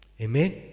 Amen